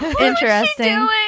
interesting